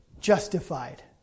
justified